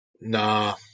nah